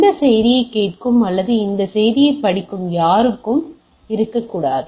இந்த செய்தியைக் கேட்கும் அல்லது இந்த செய்தியைப் படிக்கும் யாரும் இருக்கக்கூடாது